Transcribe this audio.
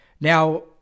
Now